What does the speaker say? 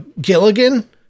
Gilligan